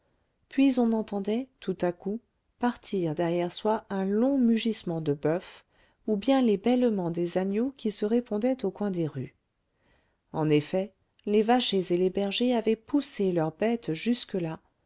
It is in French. puis on entendait tout à coup partir derrière soi un long mugissement de boeuf ou bien les bêlements des agneaux qui se répondaient au coin des rues en effet les vachers et les bergers avaient poussé leurs bêtes jusque-là